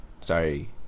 sorry